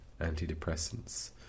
antidepressants